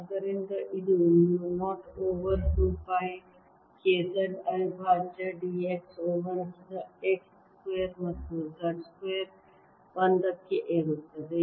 ಆದ್ದರಿಂದ ಇದು mu 0 over 2 pi K z ಅವಿಭಾಜ್ಯ d x over x square ಮತ್ತು z ಸ್ಕ್ವೇರ್ 1 ಕ್ಕೆ ಏರುತ್ತದೆ